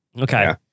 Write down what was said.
okay